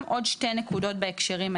אבל במסגרתם אנחנו נבחן גם --- במקביל.